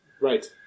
Right